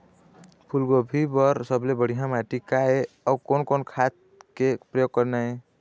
फूलगोभी बर सबले बढ़िया माटी का ये? अउ कोन कोन खाद के प्रयोग करना ये?